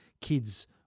kids